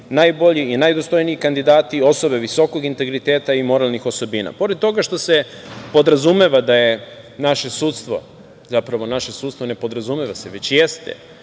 najbolji i najdostojniji kandidati, osobe visokog integriteta i moralnih osobina. Pored toga što se podrazumeva da je naše sudstvo, zapravo, naše sudstvo ne podrazumeva se, već jeste,